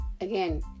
Again